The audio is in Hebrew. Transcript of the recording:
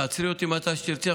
תעצרי אותי מתי שתרצי,